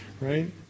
Right